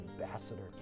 ambassador